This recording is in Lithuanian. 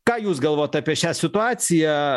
ką jūs galvot apie šią situaciją